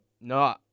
no